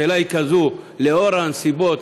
השאלה היא כזו: לאור הנסיבות,